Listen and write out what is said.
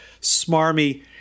smarmy